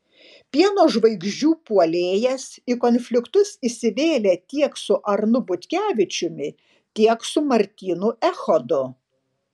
pieno žvaigždžių puolėjas į konfliktus įsivėlė tiek su arnu butkevičiumi tiek su martynu echodu